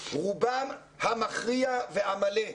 רובם המכריע והמלא,